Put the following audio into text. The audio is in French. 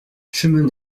chemin